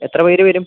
എത്ര പേര് വരും